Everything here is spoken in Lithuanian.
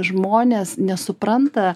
žmonės nesupranta